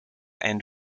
and